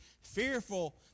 fearful